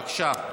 בבקשה.